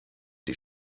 die